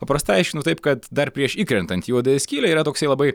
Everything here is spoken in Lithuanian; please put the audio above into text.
paprastai aiškinu taip kad dar prieš įkrentant į juodąją skylę yra toksai labai